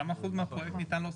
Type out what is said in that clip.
כמה אחוז מהפרויקט ניתן להוסיף?